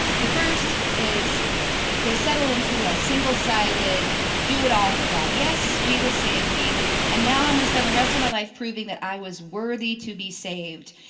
the first is they settle into a single sided do it all for god. yes, jesus saved me and now i'm gonna spend the rest of my life proving that i was worthy to be saved.